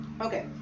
Okay